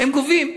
הם גובים.